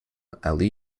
ali